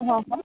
હા હા